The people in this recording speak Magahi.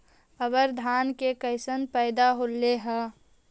अबर धान के कैसन पैदा होल हा?